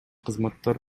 кызматтар